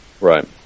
Right